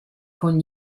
con